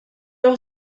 auch